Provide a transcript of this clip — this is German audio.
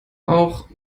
auch